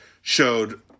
showed